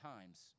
times